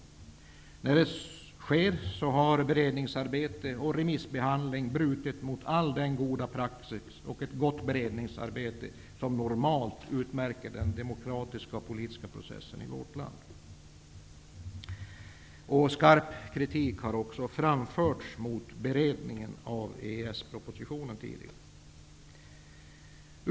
I detta sammanhang har man när det gäller beredningsarbete och remissbehandling helt brutit mot allt vad god praxis heter i ett gott beredningsarbete, något som normalt utmärker den politiska processen i vårt land. Skarp kritik har också riktats mot den tidigare beredningen av EES-propositionen.